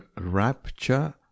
rapture